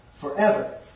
forever